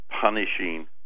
punishing